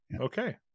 Okay